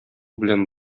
белән